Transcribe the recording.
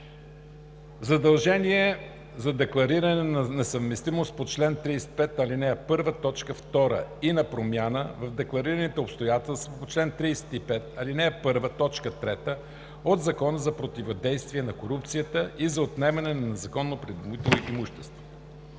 Задължение за деклариране на несъвместимост по чл. 35, ал. 1, т. 1 и на промяна в декларираните обстоятелства по чл. 35, ал. 1, т. 3 от Закона за противодействие на корупцията и за отнемане на незаконно придобитото имущество